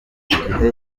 gihe